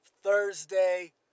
Thursday